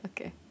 Okay